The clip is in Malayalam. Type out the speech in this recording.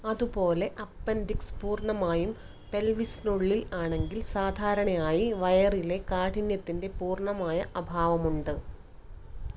അതുപോലെ അപെൻഡിക്സ് പൂർണ്ണമായും പെൽവിസിനുള്ളിൽ ആണെങ്കിൽ സാധാരണയായി വയറിലെ കാഠിന്യത്തിൻ്റെ പൂർണ്ണമായ അഭാവമുണ്ട്